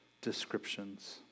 descriptions